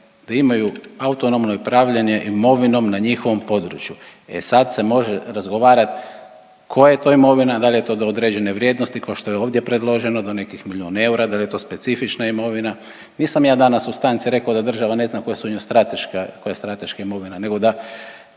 da imaju autonomno upravljanje imovinom na njihovom području. E, sad se može razgovarat koja je to imovina, da li je to do određene vrijednosti kao što je ovdje predloženo, do nekih milijun eura, da li je to specifična imovina. Nisam ja danas u stanci rekao da država ne zna koja su njoj strateška, koja